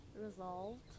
resolved